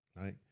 Right